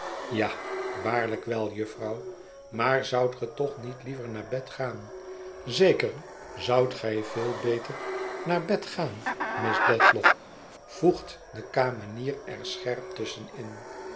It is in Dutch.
ja waarlijk wel jufvrouw maar zoudt ge toch niet liever naar bed gaan zeker zoudt gij veel beter naar bed gaan miss dedlock voegt de kamenier er scherp tusschen